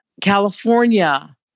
California